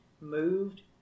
moved